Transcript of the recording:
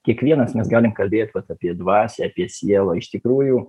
kiekvienas mes galim kalbėt vat apie dvasią apie sielą iš tikrųjų